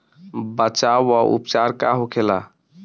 बचाव व उपचार का होखेला?